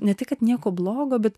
ne tik kad nieko blogo bet